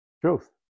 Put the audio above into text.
Truth